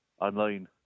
online